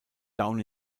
down